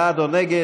בעד או נגד.